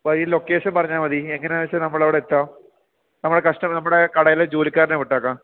വഴീ location പറഞ്ഞാമതി എങ്ങനാച്ചാ നമ്മളവടെ എത്താം നമ്മടെ കസ്റ്റമർ നമ്മടെ കടേലെ ജോലിക്കാരനെ വിട്ടേക്കാം